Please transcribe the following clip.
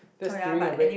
that's during your break